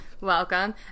Welcome